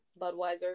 Budweiser